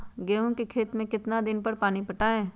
गेंहू के खेत मे कितना कितना दिन पर पानी पटाये?